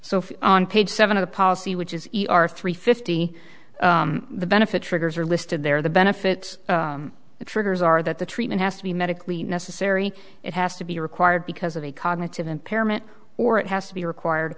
so on page seven of the policy which is three fifty the benefit triggers are listed there the benefits the triggers are that the treatment has to be medically necessary it has to be required because of a cognitive impairment or it has to be required